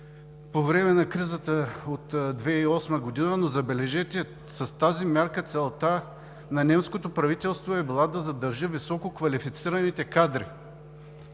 по време на кризата през 2008 г. Забележете, с тази мярка целта на немското правителство е била да задържи висококвалифицираните кадри.